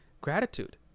gratitude